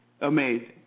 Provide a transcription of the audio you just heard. amazing